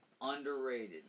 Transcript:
underrated